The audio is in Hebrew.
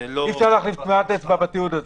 או טביעת אצבע.